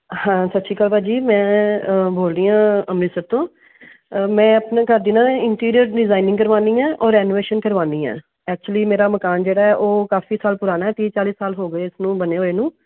ਹਾਂ ਸਤਿ ਸ਼੍ਰੀ ਅਕਾਲ ਭਾਅ ਜੀ ਮੈਂ ਅ ਬੋਲ ਰਹੀ ਹਾਂ ਅੰਮ੍ਰਿਤਸਰ ਤੋਂ ਮੈਂ ਆਪਣੇ ਘਰ ਦੀ ਨਾ ਇੰਟੀਰੀਅਰ ਡਿਜ਼ਾਇਨਿੰਗ ਕਰਵਾਉਣੀ ਹੈ ਔਰ ਰੈਨੋਵੇਸ਼ਨ ਕਰਵਾਉਣੀ ਹੈ ਐਕਚੁਲੀ ਮੇਰਾ ਮਕਾਨ ਜਿਹੜਾ ਹੈ ਉਹ ਕਾਫ਼ੀ ਸਾਲ ਪੁਰਾਣਾ ਤੀਹ ਚਾਲੀ ਸਾਲ ਹੋ ਗਏ ਇਸ ਨੂੰ ਬਣੇ ਹੋਏ ਨੂੰ